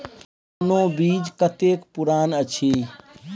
कोनो बीज कतेक पुरान अछि?